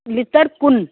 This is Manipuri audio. ꯂꯤꯇꯔ ꯀꯨꯟ